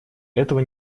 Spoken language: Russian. этого